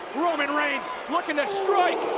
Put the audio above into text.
roman reigns looking to strike.